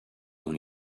dans